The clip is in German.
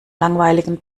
langweiligen